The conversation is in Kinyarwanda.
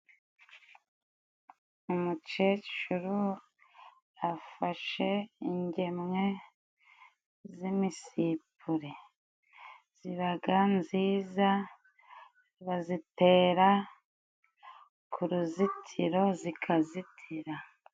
Umukecuru afashe ingemwe z'imisipure, zibaga nziza, bazitera ku ruzitiro zikazitira.